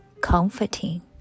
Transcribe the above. comforting